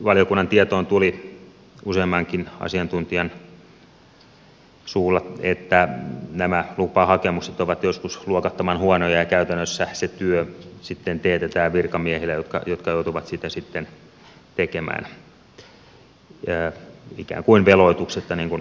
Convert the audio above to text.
valiokunnan tietoon tuli useammankin asiantuntijan suulla että nämä lupahakemukset ovat joskus luokattoman huonoja ja käytännössä se työ sitten teetetään virkamiehillä jotka joutuvat sitä sitten tekemään ikään kuin veloituksetta hakijan kannalta